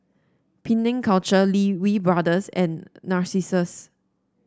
Penang Culture Lee Wee Brothers and Narcissus